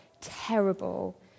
terrible